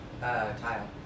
tile